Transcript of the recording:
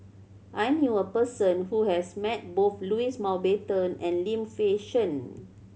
I knew a person who has met both Louis Mountbatten and Lim Fei Shen